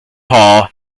hall